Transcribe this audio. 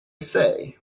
say